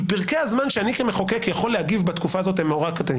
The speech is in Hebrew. פרקי הזמן שאני כמחוקק יכול להגיב בתקופה הזאת הם קטנים.